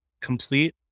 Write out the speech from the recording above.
complete